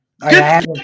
Get